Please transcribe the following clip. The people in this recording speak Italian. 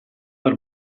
per